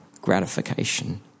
gratification